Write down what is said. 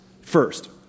First